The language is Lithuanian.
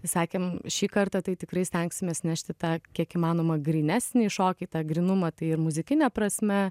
sakėm šį kartą tai tikrai stengsimės nešti tą kiek įmanoma grynesnį šokį tą grynumą tai ir muzikine prasme